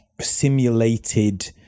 simulated